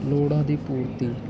ਲੋੜਾਂ ਦੀ ਪੂਰਤੀ